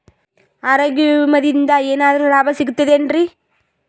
ಆರೋಗ್ಯ ವಿಮಾದಿಂದ ಏನರ್ ಲಾಭ ಸಿಗತದೇನ್ರಿ?